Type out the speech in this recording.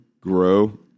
grow